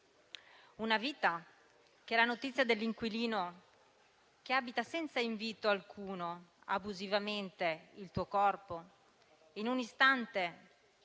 una vita che, alla notizia dell'inquilino che abita senza invito alcuno abusivamente il tuo corpo, in un istante